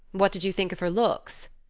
what did you think of her looks?